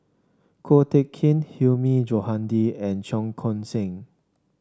Ko Teck Kin Hilmi Johandi and Cheong Koon Seng